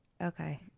Okay